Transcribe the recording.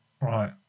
Right